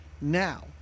Now